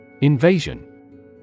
Invasion